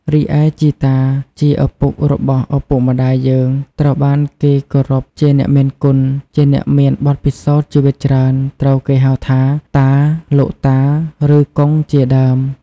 រីឯជីតា ជាឪពុករបស់ឪពុកម្ដាយយើង ត្រូវបានគេគោរពជាអ្នកមានគុណ ជាអ្នកមានបទពិសោធន៍ជីវិតច្រើន ត្រូវគេហៅថា តា លោកតា ឬកុងជាដើម។